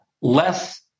less